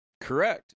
Correct